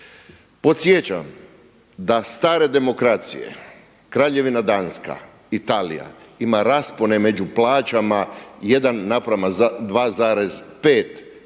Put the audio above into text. Podsjećam da stare demokracije, Kraljevina Danska, Italija ima raspone među plaćama 1:2,5,